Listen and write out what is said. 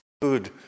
food